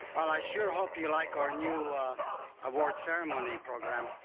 i sure hope you like our new awards ceremony program.